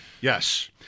Yes